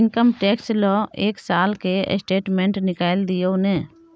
Income tax ल एक साल के स्टेटमेंट निकैल दियो न?